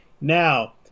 Now